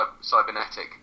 cybernetic